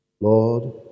lord